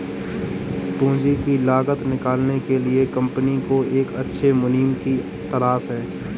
पूंजी की लागत निकालने के लिए कंपनी को एक अच्छे मुनीम की तलाश है